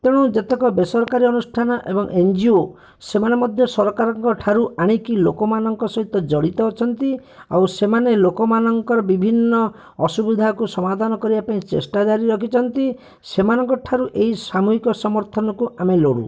ତେଣୁ ଯେତେକ ବେସରକାରୀ ଅନୁଷ୍ଠାନ ଏବଂ ଏନଜିଓ ସେମାନେ ମଧ୍ୟ ସରକାରଙ୍କଠାରୁ ଆଣିକି ଲୋକମାନଙ୍କ ସହିତ ଜଡ଼ିତ ଅଛନ୍ତି ଆଉ ସେମାନେ ଲୋକମାନଙ୍କର ବିଭିନ୍ନ ଅସୁବିଧାକୁ ସମାଧାନ କରିବା ପାଇଁ ଚେଷ୍ଟା ଜାରି ରଖିଛନ୍ତି ସେମାନଙ୍କଠାରୁ ଏହି ସାମୁହିକ ସମର୍ଥନକୁ ଆମେ ଲୋଡ଼ୁ